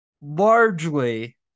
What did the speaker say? largely